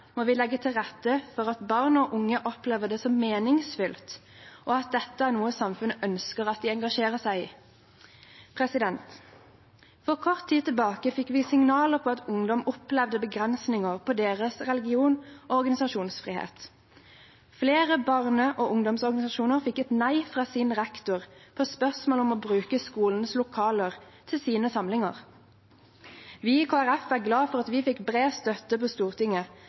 må vi legge til rette for at barn og unge opplever det som meningsfylt, og at dette er noe samfunnet ønsker at de skal engasjere seg i. For kort tid tilbake fikk vi signaler om at ungdom opplever begrensninger i sin religions- og organisasjonsfrihet. Flere barne- og ungdomsorganisasjoner fikk et nei fra sin rektor på spørsmål om å bruke skolens lokaler til sine samlinger. Vi i Kristelig Folkeparti er glade for at vi fikk bred støtte på Stortinget